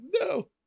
No